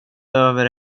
över